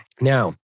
Now